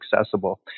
accessible